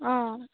অঁ